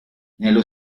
nello